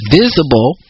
visible